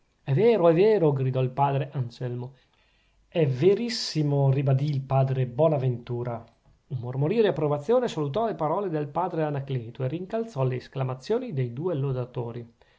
è vero è vero gridò il padre anselmo è verissimo ribadì il padre bonaventura un mormorio di approvazione salutò le parole del padre anacleto e rincalzò le esclamazioni dei due lodatori